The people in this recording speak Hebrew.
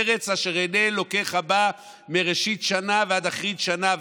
ארץ אשר עיני אלוקיך בה מרשית שנה ועד אחרית שנה,